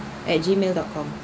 at gmail dot com